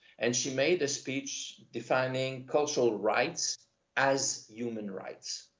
and she made a speech defining cultural rights as human rights.